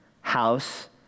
house